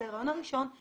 על ההריון הראשון,